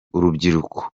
urubyiruko